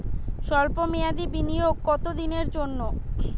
সল্প মেয়াদি বিনিয়োগ কত দিনের জন্য?